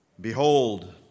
Behold